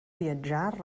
viatjar